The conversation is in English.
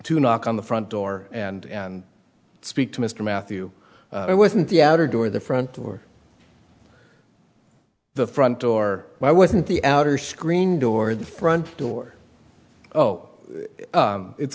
to knock on the front door and speak to mr matthew it wasn't the outer door the front door the front door why wasn't the outer screen door the front door oh it's